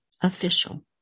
official